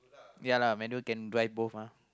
ya lah manual can drive both ah